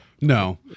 No